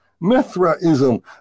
Mithraism